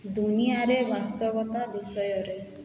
ଦୁନିଆରେ ବାସ୍ତବତା ବିଷୟରେ